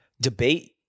debate